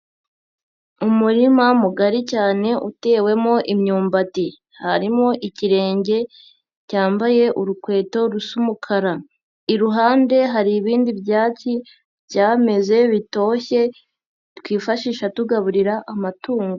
Umurima mugari cyane utewemo imyumbati harimo ikirenge cyambaye urukweto rusa umukara, iruhande hari ibindi byatsi byameze bitoshye twifashisha tugaburira amatungo.